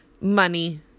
Money